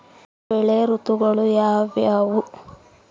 ಬೆಳೆ ಋತುಗಳು ಯಾವ್ಯಾವು?